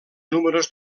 números